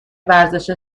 ورزش